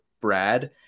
Brad